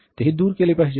तेही दूर केले पाहिजे